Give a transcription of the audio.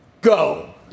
go